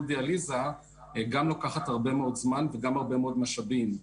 דיאליזה לוקחים הרבה זמן וגם הרבה מאוד משאבים.